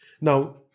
now